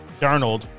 Darnold